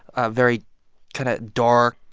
a very kind of dark,